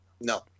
No